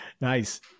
Nice